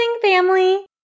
family